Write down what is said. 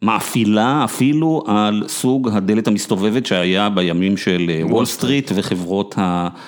מאפילה אפילו על סוג הדלת המסתובבת שהיה בימים של וול סטריט וחברות ה...